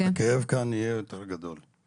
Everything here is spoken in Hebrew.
הכאב כאן נהיה יותר גדול.